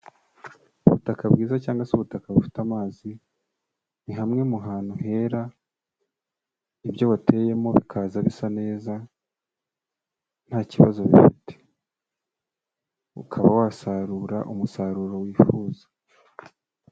Ubutaka bwiza cyangwa se ubutaka bufite amazi, ni hamwe mu hantu hera ibyo wateyemo bikaza bisa neza, nta kibazo bifite ukaba wasarura umusaruro wifuza.